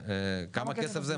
כמה כסף זה?